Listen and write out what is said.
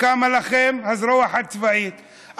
קמה לכם הזרוע הצבאית.